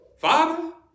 Father